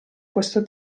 questo